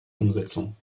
umsetzung